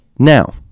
Now